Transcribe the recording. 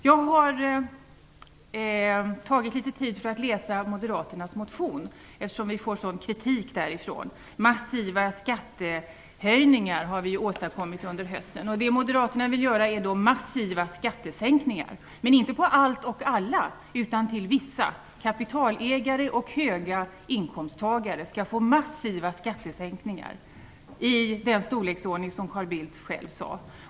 Jag har tagit mig litet tid till att läsa Moderaternas motion, eftersom vi får sådan kritik från det hållet. Det sägs att vi åstadkommit massiva skattehöjningar. Och det Moderaterna vill göra är massiva skattesänkningar. Men man vill inte göra det på allt och för alla utan för vissa. Exempelvis skall kapitalägare och höginkomsttagare få massiva skattesänkningar i den storleksordning som Carl Bildt själv sade.